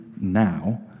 now